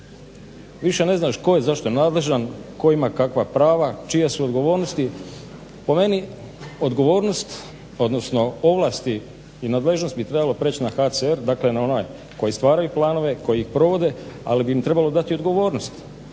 Više ne znaš tko je za što nadležan, ko ima kakva prava, čije su odgovornosti. Po meni odgovornost, odnosno ovlasti i nadležnosti bi trebala preći na HCR, dakle na onaj koji stvaraju planove i koji ih provode ali bi im trebalo dati odgovornost